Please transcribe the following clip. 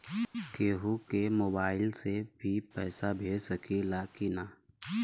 केहू के मोवाईल से भी पैसा भेज सकीला की ना?